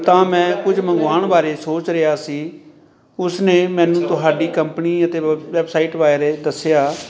ਤਾਂ ਮੈਂ ਕੁਝ ਮੰਗਵਾਉਣ ਬਾਰੇ ਸੋਚ ਰਿਹਾ ਸੀ ਉਸਨੇ ਮੈਨੂੰ ਤੁਹਾਡੀ ਕੰਪਨੀ ਅਤੇ ਵ ਵੈਬ ਵੈਬਸਾਈਟ ਬਾਰੇ ਦੱਸਿਆ